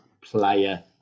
player